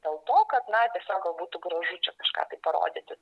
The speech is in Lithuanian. dėl to kad na tiesiog gal būtų gražu čia kažką parodyti